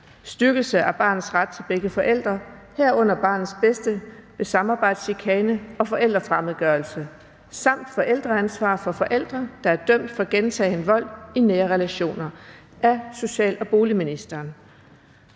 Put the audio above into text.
(Styrkelse af barnets ret til begge forældre, herunder barnets bedste ved samarbejdschikane og forældrefremmedgørelse, samt forældreansvar for forældre, der er dømt for gentagen vold i nære relationer). Af social- og boligministeren